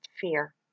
fear